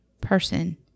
person